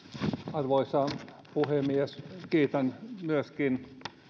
arvoisa puhemies kiitän myöskin